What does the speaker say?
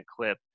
clip